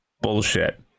bullshit